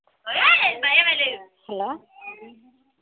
hello